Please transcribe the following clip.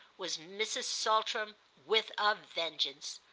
was mrs. saltram with a vengeance.